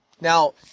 now